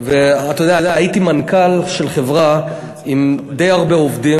אתה יודע, הייתי מנכ"ל של חברה עם די הרבה עובדים.